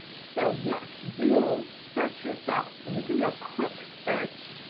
so yes, do search yourself and you can do a quick search.